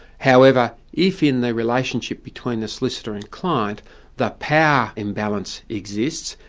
however, if in the relationship between the solicitor and client the power imbalance exists,